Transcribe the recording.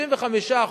35%,